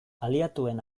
aliatuen